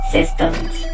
Systems